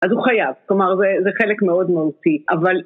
אז הוא חייב, כלומר זה חלק מאוד מהותי, אבל...